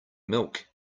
milk